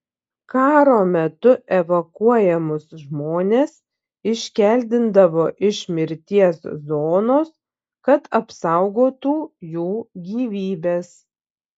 karo metu evakuojamus žmones iškeldindavo iš mirties zonos kad apsaugotų jų gyvybes